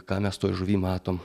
ką mes toj žuvy matom